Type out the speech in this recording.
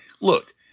Look